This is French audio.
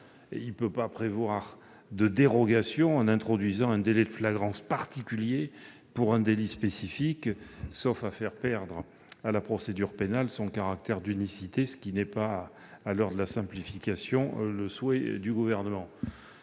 On ne peut pas prévoir de dérogation en introduisant un délai de flagrance particulier pour un délit spécifique, sauf à faire perdre à la procédure pénale son caractère d'unicité, ce qui n'est pas, à l'heure de la simplification, le souhait du Gouvernement.